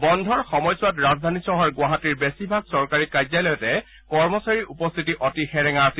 বন্ধৰ সময়ছোৱাত ৰাজধানী চহৰ গুৱাহাটীৰ বেছিভাগ চৰকাৰী কাৰ্যলয়তে কৰ্মচাৰীৰ উপস্থিতি অতি সেৰেঙা আছিল